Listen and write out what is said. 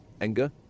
Anger